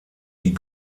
die